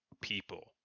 people